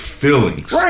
feelings